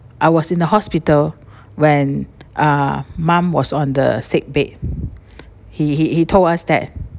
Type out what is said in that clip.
I was in the hospital when uh mom was on the sick bed he he told us that